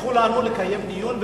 הבטיחו לנו לקיים דיון,